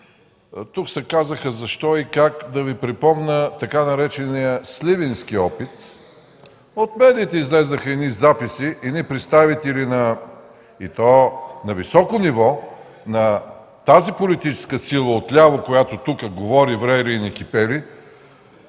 Тук се каза защо и как. Искам да Ви припомня така наречения сливенски опит. От медиите излязоха записи, че представители на високо ниво на политическата сила отляво, която тук говори врели и некипели,